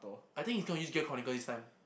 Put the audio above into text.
I think he's gonna use gear chronicle this time